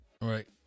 Right